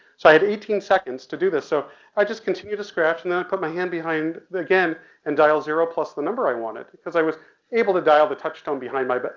so i had eighteen seconds to do this. so i'd just continue to scratch and then i'd put my hand behind again and dial zero plus the number i wanted, cause i was able to dial the touch tone behind my but